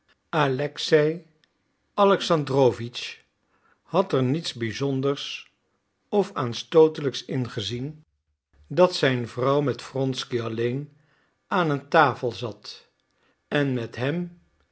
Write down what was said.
alexei alexandrowitsch had er niets bizonders of aanstootelijks in gezien dat zijn vrouw met wronsky alleen aan een tafel zat en met hem